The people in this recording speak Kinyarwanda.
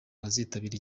bazitabira